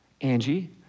Angie